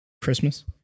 Christmas